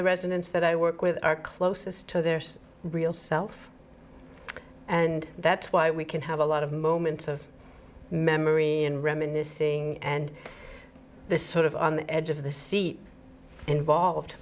the residents that i work with are closest to their real self and that's why we can have a lot of moments of memory and reminiscing and the sort of on the edge of the seat involved